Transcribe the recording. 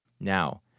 Now